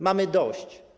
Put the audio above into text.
Mamy dość.